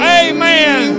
amen